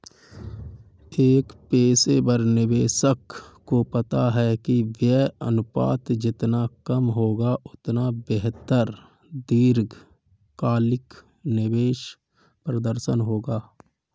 एक पेशेवर निवेशक को पता है कि व्यय अनुपात जितना कम होगा, उतना बेहतर दीर्घकालिक निवेश प्रदर्शन होगा